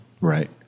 right